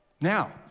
Now